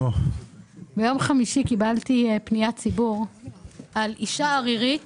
ביום חמישי קיבלתי פניית ציבור על אישה ערירית